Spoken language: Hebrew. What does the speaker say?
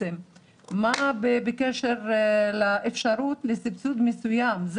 מה בקשר לאפשרות לסבסוד מסוים?